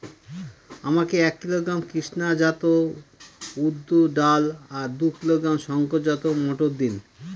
আমাকে এক কিলোগ্রাম কৃষ্ণা জাত উর্দ ডাল আর দু কিলোগ্রাম শঙ্কর জাত মোটর দিন?